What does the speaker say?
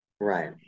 Right